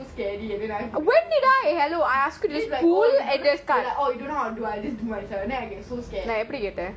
so scary and then I have to like oh you don't know how to do ah I just do myself then I get so scared